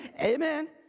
amen